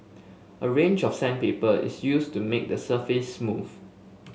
a range of sandpaper is used to make the surface smooth